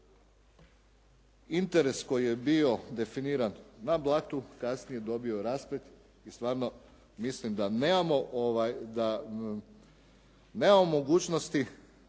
interes koji je bio definiran na blatu kasnije je dobio rasplet i stvarno mislim da nemamo mogućnosti